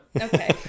Okay